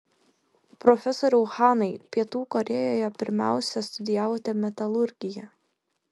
profesoriau hanai pietų korėjoje pirmiausia studijavote metalurgiją